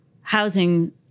housing